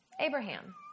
Abraham